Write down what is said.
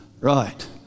right